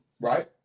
right